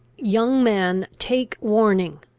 young man, take warning!